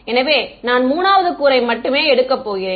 எனவே நான் 3 வது கூறை மட்டுமே எடுக்க போகிறேன்